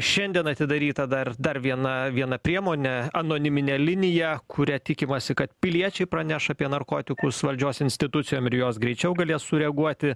šiandien atidaryta dar dar viena viena priemonė anoniminė linija kuria tikimasi kad piliečiai praneš apie narkotikus valdžios institucijom ir jos greičiau galės sureaguoti